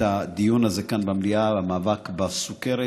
הדיון הזה כאן במליאה על המאבק בסוכרת.